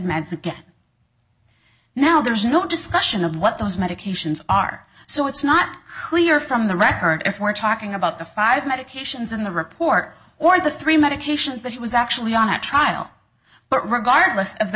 again now there is no discussion of what those medications are so it's not clear from the record if we're talking about the five medications in the report or the three medications that he was actually on a trial but regardless of the